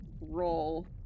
roll